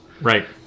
Right